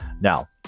Now